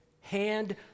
hand